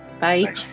Bye